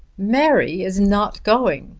mary is not going,